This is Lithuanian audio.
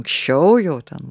anksčiau jau ten